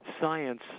science